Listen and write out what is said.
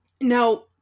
Now